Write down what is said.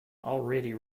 already